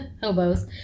hobos